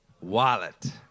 Wallet